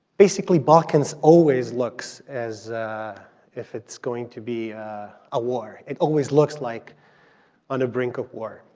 basically, balkans always looks as if it's going to be a war. it always looks like on the brink of war.